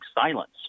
silence